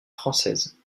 françaises